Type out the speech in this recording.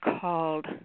called